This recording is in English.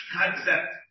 concept